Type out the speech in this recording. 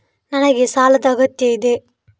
ನನಗೆ ಸಾಲದ ಅಗತ್ಯ ಇದೆ?